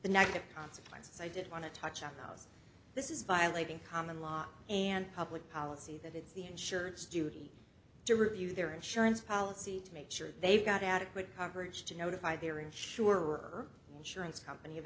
the negative consequences i didn't want to touch up because this is violating common law and public policy that it's the insurance duty to review their insurance policy to make sure they've got adequate coverage to notify their insurer insurance company of